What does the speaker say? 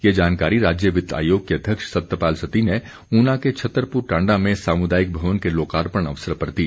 ये जानकारी राज्य वित्त आयोग के अध्यक्ष सतपाल सत्ती ने ऊना के छतरपुर टांडा में सामुदायिक भवन के लोकार्पण अवसर पर दी